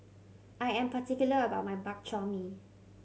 I am particular about my Bak Chor Mee